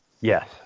yes